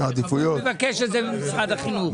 הוא זה מבקש את זה ממשרד החינוך.